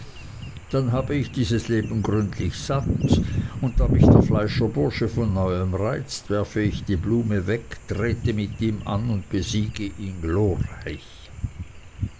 dann habe ich dieses leben gründlich satt und da mich der fleischerbursche von neuem reizt werfe ich die blume weg trete mit ihm an und besiege ihn